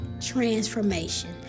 transformation